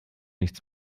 nichts